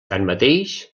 tanmateix